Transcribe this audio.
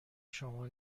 شما